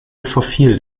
verfiel